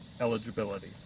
eligibility